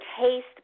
taste